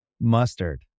Mustard